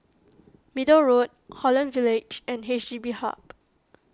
Middle Road Holland Village and H D B Hub